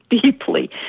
deeply